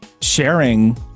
sharing